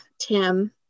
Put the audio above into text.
Tim